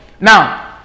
Now